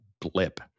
blip